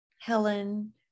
Helen